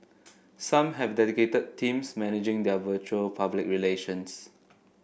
some have dedicated teams managing their virtual public relations